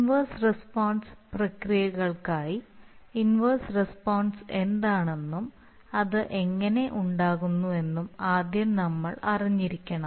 inverse response പ്രക്രിയകൾക്കായി inverse response എന്താണെന്നും അത് എങ്ങനെ ഉണ്ടാകുന്നുവെന്നും ആദ്യം നമ്മൾ അറിഞ്ഞിരിക്കണം